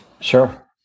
Sure